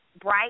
bright